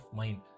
mind